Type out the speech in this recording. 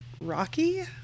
Rocky